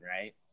right